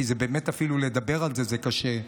כי אפילו לדבר על זה קשה,